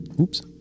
oops